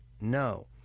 No